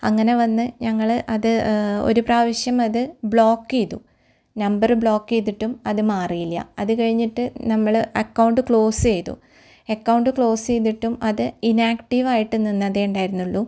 അങ്ങനെ വന്ന് ഞങ്ങൾ അത് ഒരു പ്രാവശ്യം അത് ബ്ലോക്ക് ചെയ്തു നമ്പറ് ബ്ലോക്ക് ചെയ്തിട്ടും അത് മാറിയില്ല അത് കഴിഞ്ഞിട്ട് നമ്മൾ അക്കൗണ്ട് ക്ലോസ്സ് ചെയ്തു എക്കൗണ്ട് ക്ലോസ്സ് ചെയ്തിട്ടും അത് ഇനാക്ടീവ് ആയിട്ട് നിന്നതേ ഉണ്ടായിരുന്നുള്ളു